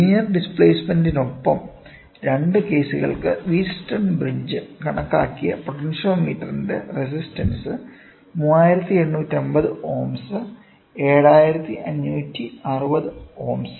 linear ഡിസ്പ്ലേസ്മെൻറിനൊപ്പം രണ്ട് കേസുകൾക്ക് വീറ്റ്സ്റ്റോൺ ബ്രിഡ്ജ് കണക്കാക്കിയ പൊട്ടൻഷ്യോമീറ്ററിന്റെ റെസിസ്റ്റൻസ് 3850 ഓംസ് 7560 ഓംസ്